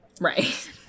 Right